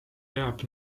peab